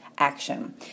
Action